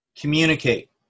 Communicate